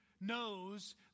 knows